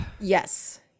yes